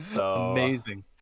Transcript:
Amazing